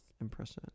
impression